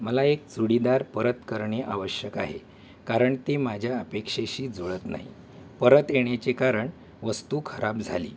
मला एक चुडीदार परत करणे आवश्यक आहे कारण ते माझ्या अपेक्षेशी जुळत नाही परत येण्याचे कारण वस्तू खराब झाली